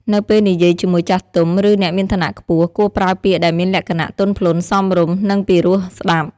នៅពេលនិយាយជាមួយចាស់ទុំ ឬអ្នកមានឋានៈខ្ពស់ គួរប្រើពាក្យដែលមានលក្ខណៈ ទន់ភ្លន់ សមរម្យ និងពីរោះស្ដាប់។